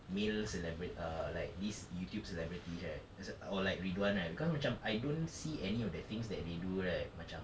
male celebri~ err like these YouTube celebrities right that's why or like ridhwan right because macam I don't see any of the things that they do right macam